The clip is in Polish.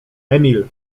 emil